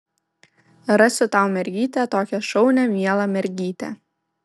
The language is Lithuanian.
rasiu tau mergytę tokią šaunią mielą mergytę